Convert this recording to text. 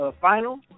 final